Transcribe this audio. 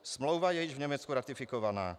Smlouva je již v Německu ratifikovaná.